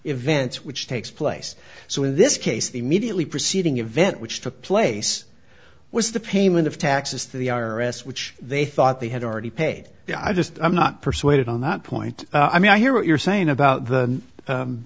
events which takes place so in this case immediately preceding event which took place was the payment of taxes to the i r s which they thought they had already paid i just am not persuaded on that point i mean i hear what you're saying about the